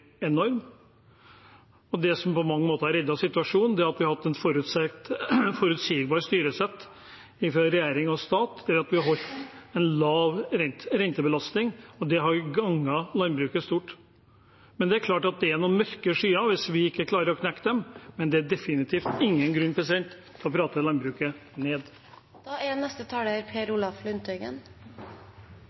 enorm. Det som på mange måter redder situasjonen, er at vi har hatt et forutsigbart styresett fra regjering og stat ved at vi har holdt en lav rentebelastning, og det har gagnet landbruket stort. Det er klart at det er noen mørke skyer hvis vi ikke klarer å knekke de utfordringene, men det er definitivt ingen grunn til å prate landbruket ned. Det er